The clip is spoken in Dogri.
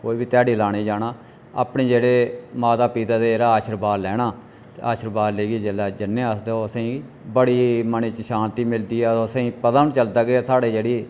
कोई बी ध्याड़ी लाने गी जाना अपने जेह्ड़े माता पिता दा जेह्ड़ा आशीर्वाद लैना ते आशीर्वाद लेइयै जिसलै जन्ने आं अस ते ओह् असें गी बड़ी मनै च शांति मिलदी ऐ अदूं असें गी पता बी निं चलदा कि साढ़े जेह्ड़ी